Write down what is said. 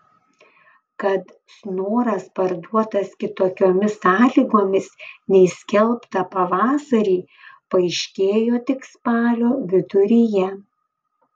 kad snoras parduotas kitokiomis sąlygomis nei skelbta pavasarį paaiškėjo tik spalio viduryje